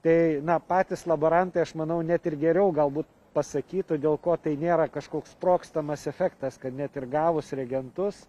tai na patys laborantai aš manau net ir geriau galbūt pasakytų dėl ko tai nėra kažkoks sprogstamas efektas kad net ir gavus reagentus